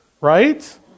right